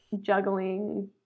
juggling